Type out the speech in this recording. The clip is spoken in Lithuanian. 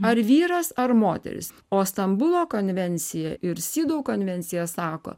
ar vyras ar moteris o stambulo konvencija ir sidau konvencija sako